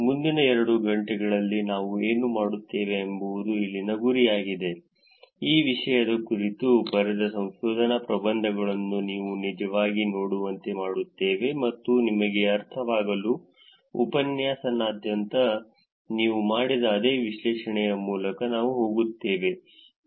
ಮುಂದಿನ ಎರಡು ಗಂಟೆಗಳಲ್ಲಿ ನಾವು ಏನು ಮಾಡುತ್ತೇವೆ ಎಂಬುದು ಇಲ್ಲಿನ ಗುರಿಯಾಗಿದೆ ಈ ವಿಷಯದ ಕುರಿತು ಬರೆದ ಸಂಶೋಧನಾ ಪ್ರಬಂಧಗಳನ್ನು ನೀವು ನಿಜವಾಗಿ ನೋಡುವಂತೆ ಮಾಡುತ್ತೇವೆ ಮತ್ತು ನಿಮಗೆ ಅರ್ಥವಾಗಲು ಉಪನ್ಯಾಸನಾದ್ಯಂತ ನೀವು ಮಾಡಿದ ಅದೇ ವಿಶ್ಲೇಷಣೆಯ ಮೂಲಕ ನಾವು ಹೋಗುತ್ತೇವೆ